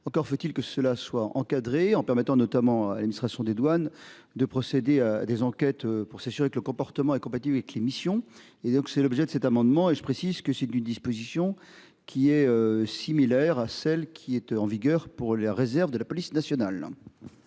encore faut-il que cela soit encadré en permettant notamment administration des douanes de procéder à des enquêtes pour cession avec le comportement incompatible avec les missions et donc c'est l'objet de cet amendement et je précise que si disposition qui est similaire à celle qui était en vigueur pour les réserves de la police nationale.